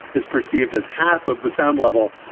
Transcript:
is perceived as half of the sound level.